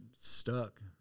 stuck